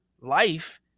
life